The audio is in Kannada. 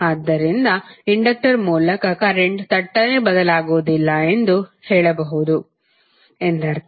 ಆದ್ದರಿಂದ ಇಂಡಕ್ಟರ್ ಮೂಲಕ ಕರೆಂಟ್ ಥಟ್ಟನೆ ಬದಲಾಗುವುದಿಲ್ಲ ಎಂದು ಹೇಳಬಹುದು ಎಂದರ್ಥ